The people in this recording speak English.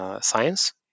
science